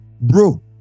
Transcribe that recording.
bro